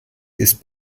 ist